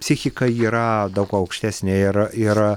psichika yra daug aukštesnė ir ir